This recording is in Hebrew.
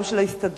גם של ההסתדרות